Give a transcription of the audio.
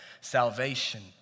salvation